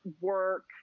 work